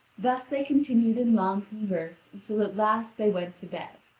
thus they continued in long converse until at last they went to bed.